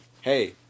Hey